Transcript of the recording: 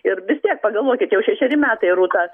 ir vis tiek pagalvokit jau šešeri metai rūta